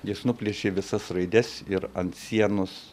jis nuplėšė visas raides ir ant sienos